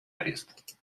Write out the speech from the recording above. арест